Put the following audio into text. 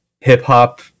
hip-hop